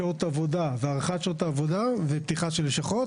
שעות עבודה והארכת שעות העבודה ופתיחה של לשכות.